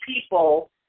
people